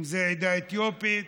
אם זה העדה האתיופית,